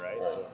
right